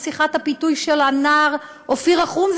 שיחת הפיתוי של הנער אופיר רחום,